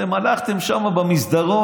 אתם הלכתם שם במסדרון,